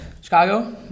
Chicago